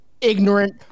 ignorant